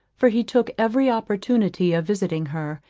for he took every opportunity of visiting her,